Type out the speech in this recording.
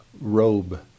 robe